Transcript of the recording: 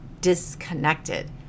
disconnected